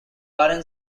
garden